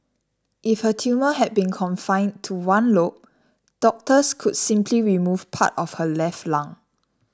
if her tumour had been confined to one lobe doctors could simply remove part of her left lung